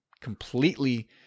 completely